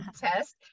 test